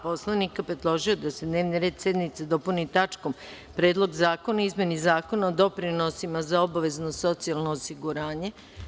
Poslovnika, predložio je da se dnevni red sednice dopuni tačkom - Predlog zakona o izmeni Zakona o doprinosima za obavezno socijalno osiguranje.